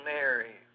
Mary